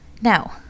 Now